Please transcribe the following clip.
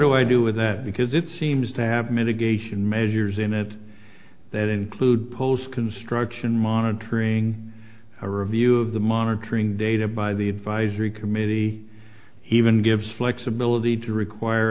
do i do with that because it seems to have mitigation measures innit that include post construction monitoring a review of the monitoring data by the advisory committee he even gives flexibility to require